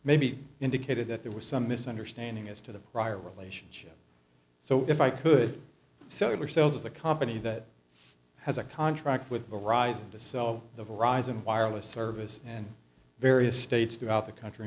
maybe indicated that there was some misunderstanding as to the prior relationship so if i could sell yourself as a company that has a contract with the rising to sell the horizon wireless service and various states throughout the country